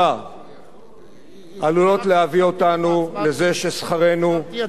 עלולים להביא אותנו לזה ששכרנו יצא בהפסדנו,